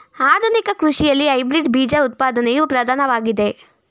ಆಧುನಿಕ ಕೃಷಿಯಲ್ಲಿ ಹೈಬ್ರಿಡ್ ಬೀಜ ಉತ್ಪಾದನೆಯು ಪ್ರಧಾನವಾಗಿದೆ